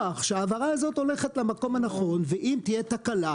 שההעברה הזאת הולכת למקום הנכון ואם תהיה תקלה,